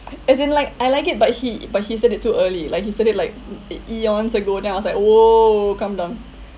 as in like I like it but he but he said it too early like he said it like e~ e~ eons ago then I was like !whoa! calm down